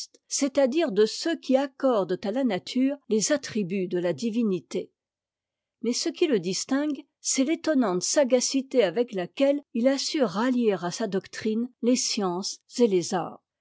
dire de ceux qui accordent à la nature tes attributs de t divinité mais ce qui le distingue c'est t'étonnante sagacité avec laquelle il a su rallier à sa doctrine les sciences et les arts